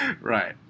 Right